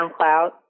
SoundCloud